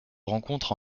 rencontre